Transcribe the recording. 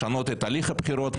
לשנות את הליך הבחירות,